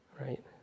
right